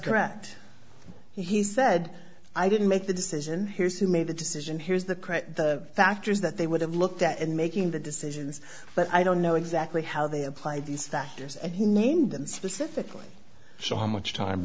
correct he said i didn't make the decision here's who made the decision here's the create the factors that they would have looked at in making the decisions but i don't know exactly how they applied these that yes and he named them specifically so how much time